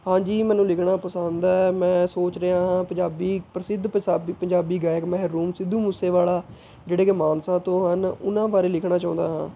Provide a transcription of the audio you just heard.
ਹਾਂਜੀ ਮੈਨੂੰ ਲਿਖਣਾ ਪਸੰਦ ਹੈ ਮੈਂ ਸੋਚ ਰਿਹਾ ਹਾਂ ਪੰਜਾਬੀ ਪ੍ਰਸਿੱਧ ਪਸਾਬੀ ਪੰਜਾਬੀ ਗਾਇਕ ਮਹਿਰੂਮ ਸਿੱਧੂ ਮੂਸੇਵਾਲਾ ਜਿਹੜੇ ਕਿ ਮਾਨਸਾ ਤੋਂ ਹਨ ਉਨ੍ਹਾਂ ਬਾਰੇ ਲਿਖਣਾ ਚਾਹੁੰਦਾ ਹਾਂ